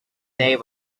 they